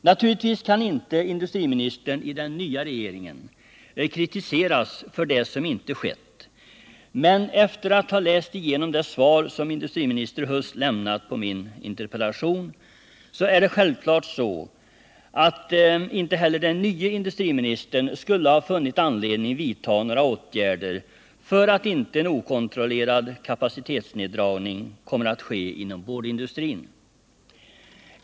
Naturligtvis kan inte industriministern i den nya regeringen kritiseras för det som inte har skett, men det svar som industriminister Huss lämnat på min interpellation visar tydligt att inte heller den nye industriministern har funnit anledning att vidta några åtgärder för att förhindra en okontrollerad kapacitetsneddragning inom boardindustrin.